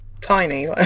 Tiny